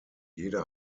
jede